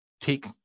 take